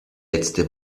letzte